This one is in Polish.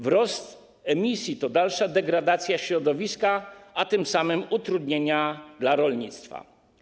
Wzrost emisji to dalsza degradacja środowiska, a tym samym utrudnienia dla rolnictwa.